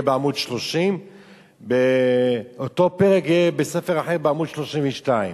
בעמוד 30 ואותו פרק יהיה בספר אחר בעמוד 32,